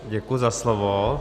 Děkuji za slovo.